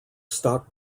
stock